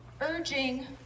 urging